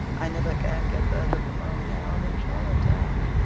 i never can get further from home now than charlottetown.